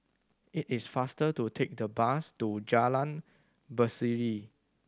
it is faster to take the bus to Jalan Berseri